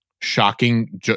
shocking